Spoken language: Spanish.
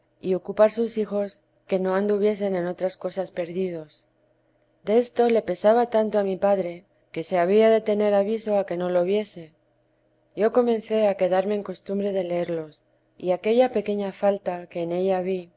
y ocupar sus hijos que no anduviesen en otras cosas perdidos de esto le pesaba tanto a mi padre que se había de tener aviso a que no lo viese yo comencé a quedarme en costumbre de leerlos y aquella pequeña falta que en ella vi